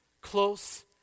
Close